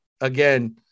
again